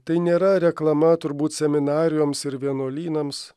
tai nėra reklama turbūt seminarijoms ir vienuolynams